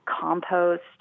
compost